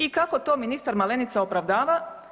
I kako to ministar Malenica opravdava?